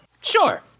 Sure